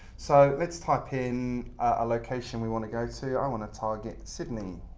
so let's type in a location we want to go to. i want to target sydney,